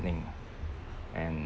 lah and